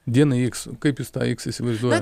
dienai iks kaip jūs tą iks įsivaizduojat